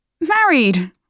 Married